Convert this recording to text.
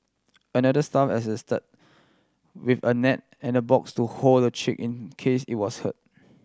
another staff assisted with a net and a box to hold the chick in case it was hurt